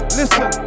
listen